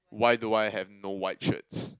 why do I have no white shirts